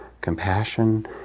compassion